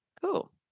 Cool